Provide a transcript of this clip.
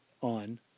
on